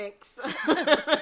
Thanks